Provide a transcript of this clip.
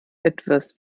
etwas